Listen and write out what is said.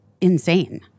insane